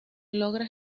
logra